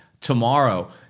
tomorrow